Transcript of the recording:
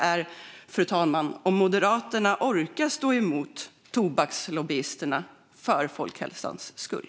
Min fråga är om Moderaterna orkar stå emot tobakslobbyisterna för folkhälsans skull.